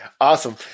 Awesome